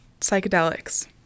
psychedelics